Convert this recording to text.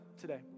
today